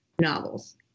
novels